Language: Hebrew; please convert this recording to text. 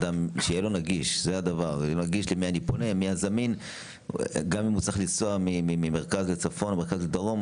כדי שתהיה לחולה נגישות גם אם הוא צריך לנסוע מהמרכז לצפון או לדרום,